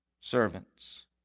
servants